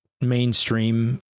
mainstream